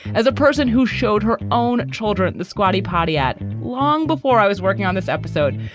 as a person who showed her own children the squatty potty at long before i was working on this episode.